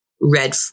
red